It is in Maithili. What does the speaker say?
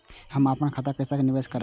हम अपन खाता से पैसा निवेश केना करब?